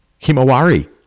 Himawari